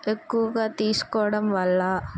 ఎక్కువగా తీసుకోవడం వల్ల